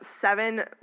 seven